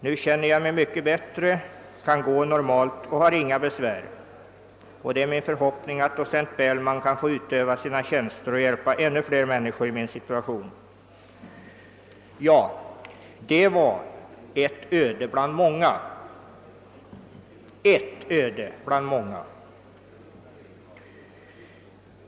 Nu känner jag mig mycket bättre, kan gå normalt och har inga besvär ——— Det är min förhoppning att Docent Bellman kan få utöva sina tjänster och hjälpa ännu fler människor i min situation ———.>» Det var ett öde bland många.